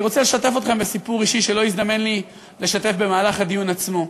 אני רוצה לשתף אתכם בסיפור אישי שלא הזדמן לי לשתף במהלך הדיון עצמו.